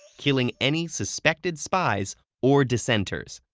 killing any suspected spies or dissenters.